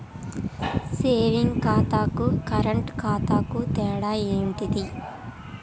Saving ఖాతాకు current ఖాతాకు తేడా ఏంటిది?